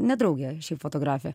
ne draugė šiaip fotografė